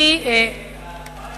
חברת